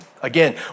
Again